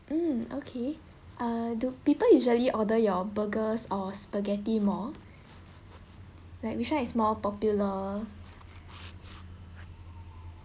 mm okay uh do people usually order your burgers or spaghetti more like which one is more popular